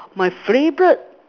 my favourite